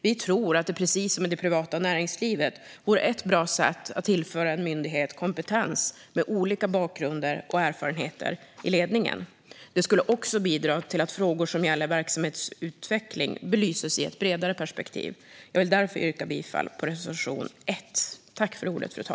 Vi tror att det precis som i det privata näringslivet vore ett bra sätt att tillföra en myndighet kompetens med olika bakgrunder och erfarenheter i ledningen. Det skulle också bidra till att frågor som gäller verksamhetsutveckling belyses i ett bredare perspektiv. Jag yrkar därför bifall till reservation 1.